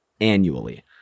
annually